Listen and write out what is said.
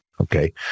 Okay